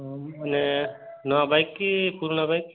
ହଁ ଇଏ ନୂଆ ବାଇକ୍ କି ପୁରୁଣା ବାଇକ୍